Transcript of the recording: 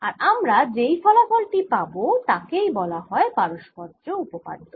আর আমরা যেই ফলাফল টি পাবো তাকেই বলা হয় পারস্পর্য্য উপপাদ্য